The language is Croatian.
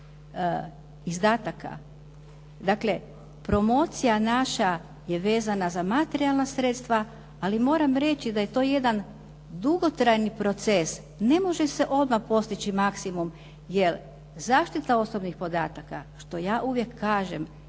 izdataka. Dakle promocija naša je vezana za materijalna sredstva. Ali moram reći da je to jedan dugotrajan proces. Ne može se odmah postići maksimum, jer zaštita osobnih podataka, što ja uvijek kažem